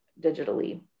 digitally